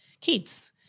kids